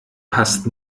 passt